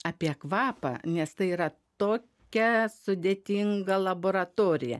apie kvapą nes tai yra tokia sudėtinga laboratorija